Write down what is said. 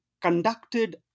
conducted